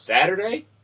Saturday